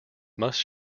must